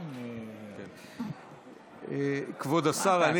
כבוד השר,